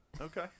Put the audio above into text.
Okay